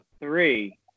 three